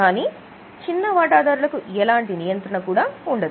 కానీ చిన్న వాటాదారులకు ఎలాంటి నియంత్రణ కూడా ఉండదు